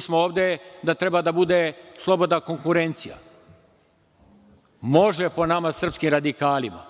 smo ovde da treba da bude slobodna konkurencija. Može, po nama srpskim radikalima,